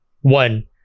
one